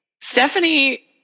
Stephanie